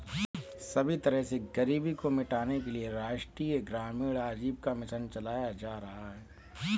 सभी तरह से गरीबी को मिटाने के लिये राष्ट्रीय ग्रामीण आजीविका मिशन चलाया जा रहा है